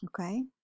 Okay